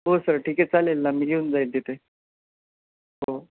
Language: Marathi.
हो सर ठीक आहे चालेल ना मी येऊन जाईल तिथे हो